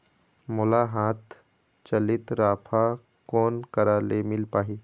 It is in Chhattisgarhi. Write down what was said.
मोला हाथ चलित राफा कोन करा ले मिल पाही?